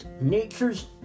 nature's